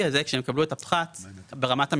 הזה כשהם יקבלו את הפחת ברמת המניות.